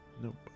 Nope